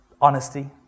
honesty